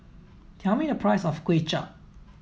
tell me the price of Kway Chap